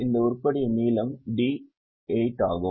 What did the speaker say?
எனவே இந்த உருப்படியின் நீளம் D8 ஆகும்